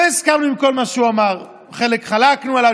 לא הסכמנו עם כל מה שהוא אמר, חלק חלקנו עליו.